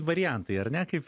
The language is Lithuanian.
variantai ar ne kaip